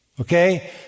Okay